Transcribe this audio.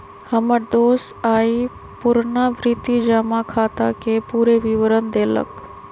हमर दोस आइ पुरनावृति जमा खताके पूरे विवरण देलक